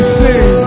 sing